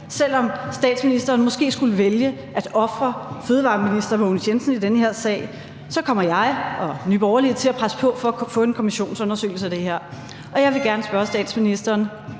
Selv om statsministeren måske skulle vælge at ofre fødevareminister Mogens Jensen i den her sag, så kommer jeg og Nye Borgerlige til at presse på for at få en kommissionsundersøgelse af det her, og jeg vil gerne spørge statsministeren,